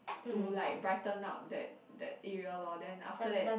to like brighten up that that area lor then after that